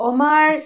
Omar